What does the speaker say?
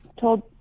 told